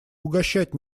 угощать